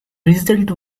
result